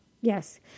Yes